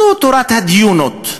זו תורת הדיונות: